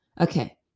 Okay